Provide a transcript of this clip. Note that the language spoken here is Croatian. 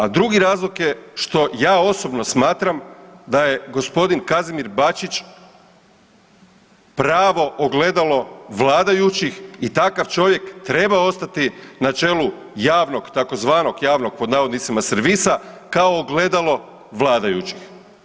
A drugi razlog je što ja osobno smatram da je gospodin Kazimir Bačić pravo ogledalo vladajućih i takav čovjek treba ostati na čelu javnog tzv. javnog pod navodnicima servisa kao ogledalo vladajućih.